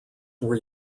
were